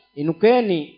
inukeni